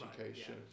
education